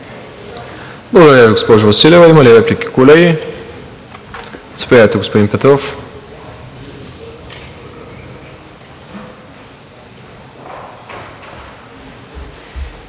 Благодаря Ви, госпожо Василева. Има ли реплики, колеги? Заповядайте, господин Петров.